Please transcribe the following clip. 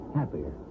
happier